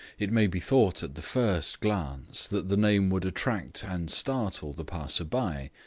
it may be thought at the first glance that the name would attract and startle the passer-by,